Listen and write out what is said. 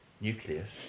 nucleus